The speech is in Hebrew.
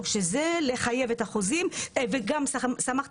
שיהיה ביטוח לאומי, ואז תהיה משכורת אחידה